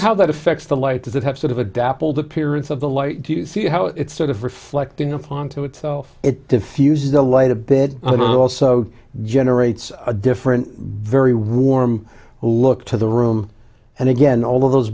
how that affects the light does it have sort of a dappled appearance of the light do you see how it's sort of reflecting upon to itself it defuses the light a bit also generates a different very warm look to the room and again all of those